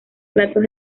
platos